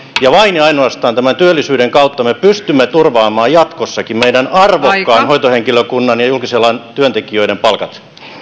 ja vain ja ainoastaan tämän työllisyyden kautta me pystymme turvaamaan jatkossakin meidän arvokkaan hoitohenkilökunnan ja julkisen alan työntekijöiden palkat